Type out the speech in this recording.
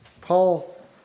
Paul